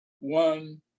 one